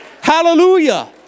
Hallelujah